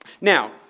Now